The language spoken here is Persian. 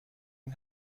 این